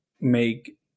make